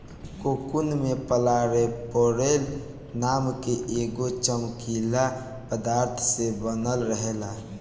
cocoon में fluorophore नाम के एगो चमकीला पदार्थ से बनल रहेला